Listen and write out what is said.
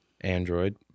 Android